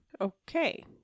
Okay